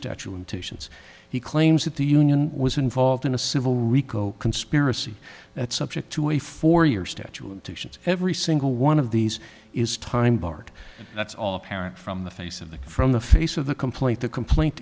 statue in titian's he claims that the union was involved in a civil rico conspiracy that's subject to a four year statute titian's every single one of these is time barred that's all apparent from the face of it from the face of the complaint the complaint